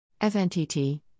FNTT